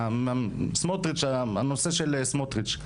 בנושא של סמוטריץ'.